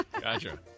Gotcha